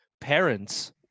parents